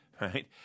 right